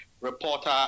reporter